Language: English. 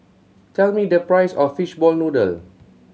tell me the price of fishball noodle